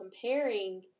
comparing